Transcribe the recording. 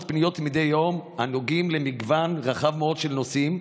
פניות מדי יום הנוגעות למגוון רחב מאוד של נושאים,